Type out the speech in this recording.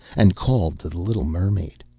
and called to the little mermaid.